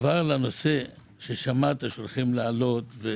כבר על נושא ששמעת שהולכים להעלות מחירים,